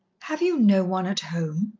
have you no one at home?